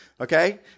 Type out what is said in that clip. Okay